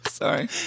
Sorry